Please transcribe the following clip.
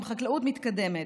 עם חקלאות מתקדמת,